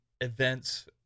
events